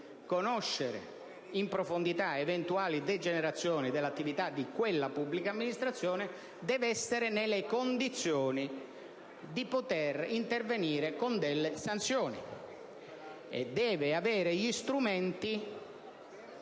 conoscere in profondità eventuali degenerazioni dell'attività di quella pubblica amministrazione, deve essere nelle condizioni di poter intervenire con delle sanzioni e deve avere gli strumenti